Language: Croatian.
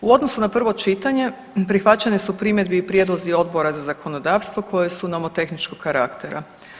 U odnosu na prvo čitanje prihvaćene su primjedbe i prijedlozi Odbora za zakonodavstvo koje su nomotehničkog karaktera.